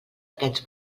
aquests